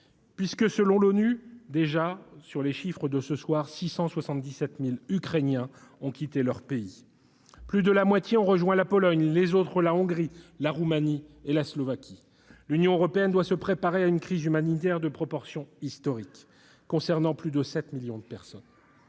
réfugiés. Selon l'ONU, à l'heure où nous parlons, 677 000 Ukrainiens ont déjà quitté leur pays. Plus de la moitié ont rejoint la Pologne, les autres la Hongrie, la Roumanie et la Slovaquie. L'Union européenne doit se préparer à une crise humanitaire d'une ampleur historique, touchant plus de 7 millions de personnes.